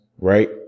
Right